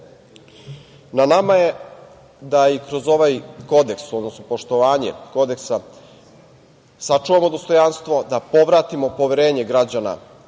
nama je da i kroz ovaj kodeks, odnosno poštovanje kodeksa, sačuvamo dostojanstvo, da povratimo poverenje građana